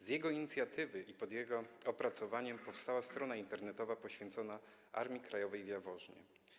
Z jego inicjatywy, w jego opracowaniu, powstała strona internetowa poświęcona Armii Krajowej w Jaworznie.